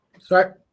Sorry